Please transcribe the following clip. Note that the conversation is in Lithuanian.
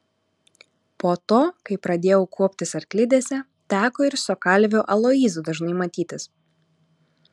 po to kai pradėjau kuoptis arklidėse teko ir su kalviu aloyzu dažnai matytis